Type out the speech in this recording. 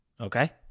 Okay